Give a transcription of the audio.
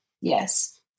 yes